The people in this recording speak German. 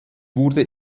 wurde